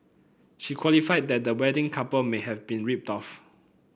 she qualified that the wedding couple may have been ripped off